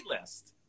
list